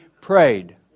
prayed